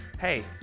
Hey